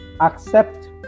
Accept